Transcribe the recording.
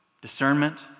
discernment